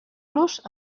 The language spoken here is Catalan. los